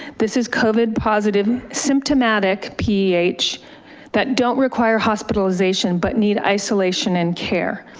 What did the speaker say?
this is covid positive symptomatic ph that don't require hospitalization but need isolation and care.